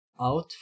out